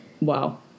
Wow